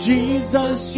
Jesus